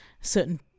certain